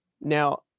Now